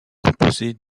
composée